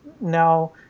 now